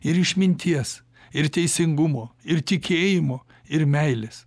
ir išminties ir teisingumo ir tikėjimo ir meilės